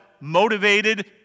motivated